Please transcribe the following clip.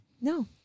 No